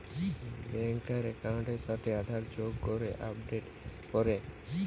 ব্যাংকার একাউন্টের সাথে আধার যোগ করে আপডেট করে